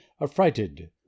Affrighted